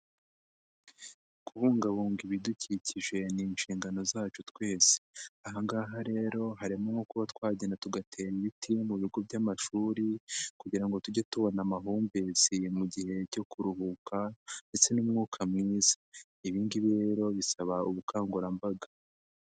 Kubungabunga ibidukikije ni inshingano zacu twese. Aha ngaha rero harimo nko kuba twagenda tugatera ibiti mu bigo by'amashuri kugira ngo tujye tubona amahumbezi mu gihe cyo kuruhuka ndetse n'umwuka mwiza. Ibi ngibi rero bisaba ubukangurambaga.